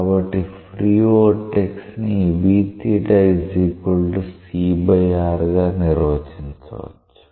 కాబట్టి free vortex free vortex ని గా నిర్వచించవచ్చు